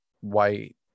white